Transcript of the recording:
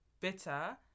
bitter